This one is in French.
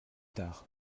tard